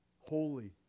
holy